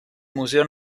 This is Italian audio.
museo